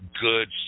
good